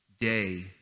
Day